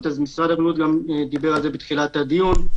אז הוא מתחיל ככה,